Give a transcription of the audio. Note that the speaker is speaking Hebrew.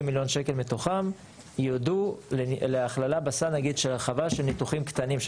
40 מיליון שקל מתוכם יירדו להכללה בסל נגיד של הרחבה של ניתוחים קטנים,